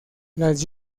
las